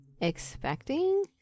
expecting